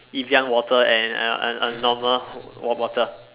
Evian water and and a normal water bottle